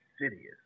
insidious